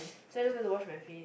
so I just want to wash my face